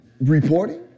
reporting